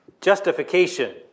justification